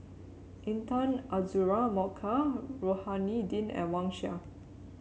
Intan Azura Mokhtar Rohani Din and Wang Sha